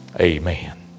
Amen